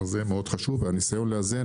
זה מאוד חשוב, והניסיון לאזן